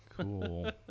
cool